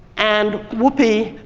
and, whoopee,